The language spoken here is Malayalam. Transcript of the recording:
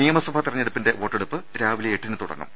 നിയമസഭാ തെരഞ്ഞെടുപ്പിന്റെ വോട്ടെടുപ്പ് രാവിലെ എട്ടിന് തുടങ്ങും